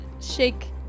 shake